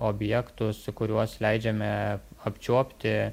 objektus kuriuos leidžiame apčiuopti